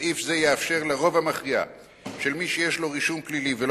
סעיף זה יאפשר לרוב המכריע של מי שיש לו רישום פלילי ולא